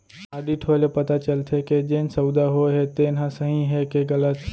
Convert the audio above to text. audit होए ले पता चलथे के जेन सउदा होए हे तेन ह सही हे के गलत